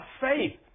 faith